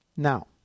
Now